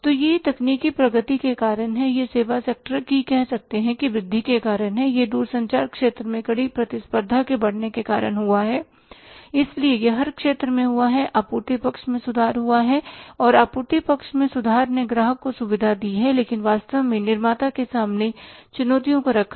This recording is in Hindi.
तो यह तकनीकी प्रगति के कारण है यह सेवा सेक्टर की कह सकते हैं कि वृद्धि के कारण है यह दूरसंचार क्षेत्र में कड़ी प्रतिस्पर्धा के बढ़ने के कारण है इसलिए यह हर क्षेत्र में हुआ है आपूर्ति पक्ष में सुधार हुआ है और आपूर्ति पक्ष में सुधार ने ग्राहक को सुविधा दी है लेकिन वास्तव में निर्माता के सामने चुनौतियों को रखा है